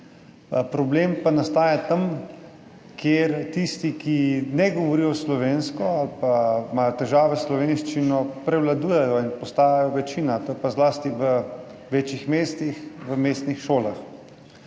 Problem pa nastaja tam, kjer tisti, ki ne govorijo slovensko ali pa imajo težave s slovenščino, prevladujejo in postajajo večina, to je pa zlasti v večjih mestih, v mestnih šolah.